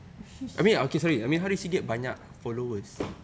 she's